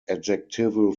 adjectival